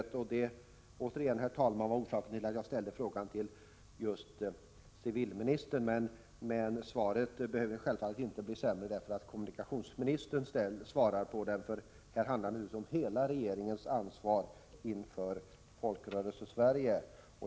Det var, som sagt, orsaken till att jag ställde frågan till just civilministern. Svaret behöver självfallet inte bli sämre därför att det är kommunikationsministern som svarar, eftersom det i detta sammanhang, naturligtvis, handlar om hela regeringens ansvar inför Folkrörelsesverige.